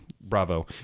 Bravo